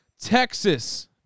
Texas